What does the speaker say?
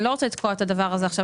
אני לא רוצה לתקוע את הדבר הזה עכשיו